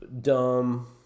dumb